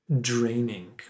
draining